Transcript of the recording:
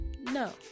No